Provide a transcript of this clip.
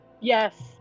Yes